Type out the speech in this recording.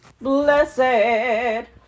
Blessed